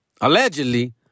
allegedly